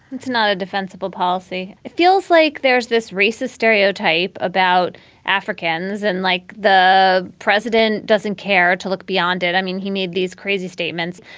it's not a defensible policy. feels like there's this racist racist stereotype about africans and like the president doesn't care to look beyond it. i mean, he made these crazy statements.